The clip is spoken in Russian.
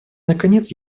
наконец